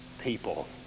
people